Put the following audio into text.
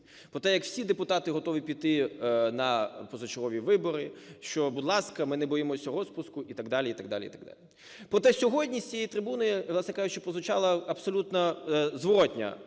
Про те, як всі депутати готові піти на позачергові вибори, що, будь ласка, ми не боїмося розпуску і так далі,